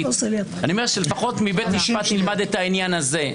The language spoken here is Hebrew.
אני אומר שלפחות מבית משפט נלמד את העניין הזה,